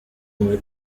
muri